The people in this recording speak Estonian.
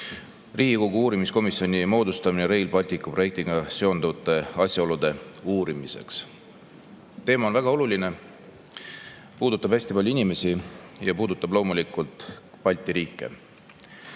Riigikogu uurimiskomisjoni moodustamist Rail Balticu projektiga seonduvate asjaolude uurimiseks. Teema on väga oluline, puudutab hästi paljusid inimesi ja puudutab loomulikult Balti riike. Läti